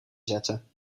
zetten